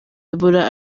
ebola